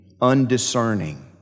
undiscerning